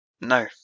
No